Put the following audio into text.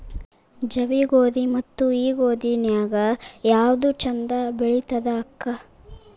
ಜವಿ ಗೋಧಿ ಮತ್ತ ಈ ಗೋಧಿ ನ್ಯಾಗ ಯಾವ್ದು ಛಂದ ಬೆಳಿತದ ಅಕ್ಕಾ?